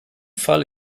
fall